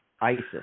Isis